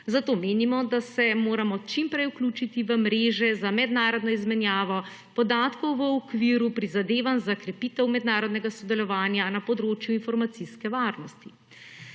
Zato menimo, da se moramo čim prej vključiti v mreže za mednarodno izmenjavo podatkov v okviru prizadevanj za krepitev mednarodnega sodelovanja na področju informacijske varnosti.